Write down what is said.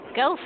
go